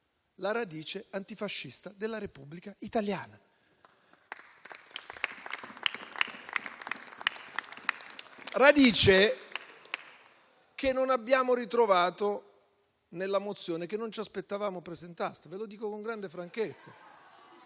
la radice antifascista della Repubblica Italiana, una radice che non abbiamo ritrovato nella mozione che non ci aspettavamo presentaste, ve lo dico con grande franchezza.